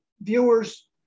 viewers